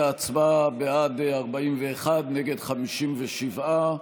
ההצבעה: בעד, 41, נגד, 57,